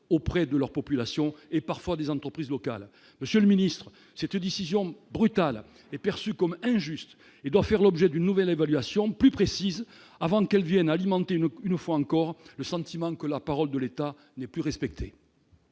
auprès de leurs populations et parfois des entreprises locales, monsieur le ministre s'était dit scission brutale et perçue comme injuste et doit faire l'objet d'une nouvelle évaluation plus précise avant qu'elles viennent alimenter une une fois encore le sentiment que la parole de l'État n'est plus respecté.